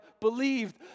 believed